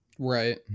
Right